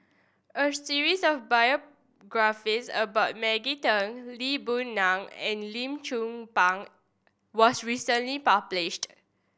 a series of biographies about Maggie Teng Lee Boon Ngan and Lim Chong Pang was recently published